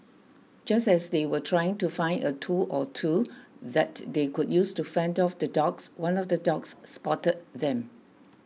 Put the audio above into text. just as they were trying to find a tool or two that they could use to fend off the dogs one of the dogs spotted them